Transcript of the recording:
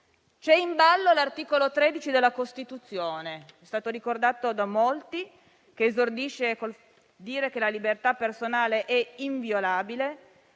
c'è in ballo l'articolo 13 della Costituzione - è stato ricordato da molti - che esordisce dicendo che «la libertà personale è inviolabile»